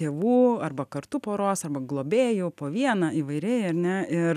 tėvų arba kartu poros arba globėjų po vieną įvairiai ar ne ir